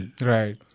Right